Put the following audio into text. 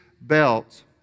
belt